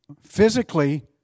physically